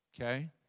Okay